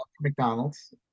mcdonald's